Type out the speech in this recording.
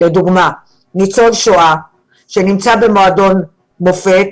לדוגמה, ניצול שואה שנמצא במועדון מופת,